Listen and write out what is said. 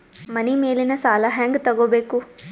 ಮನಿ ಮೇಲಿನ ಸಾಲ ಹ್ಯಾಂಗ್ ತಗೋಬೇಕು?